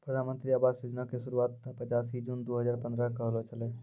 प्रधानमन्त्री आवास योजना के शुरुआत पचीश जून दु हजार पंद्रह के होलो छलै